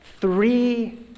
three